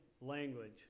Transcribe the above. language